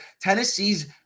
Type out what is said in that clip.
Tennessee's